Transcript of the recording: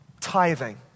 tithing